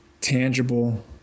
tangible